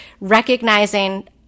recognizing